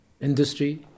industry